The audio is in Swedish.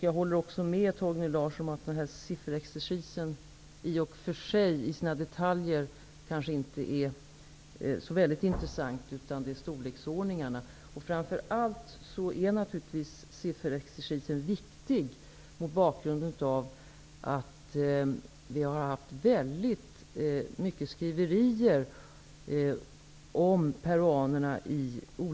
Jag håller också med Torgny Larsson om att sifferexercisen i och för sig i sina detaljer kanske inte är så intressant, utan det är storleksordningen. Sifferexercisen är naturligtvis viktig, mot bakgrund av att det i olika svenska medier har förekommit mycket skriverier om peruanerna.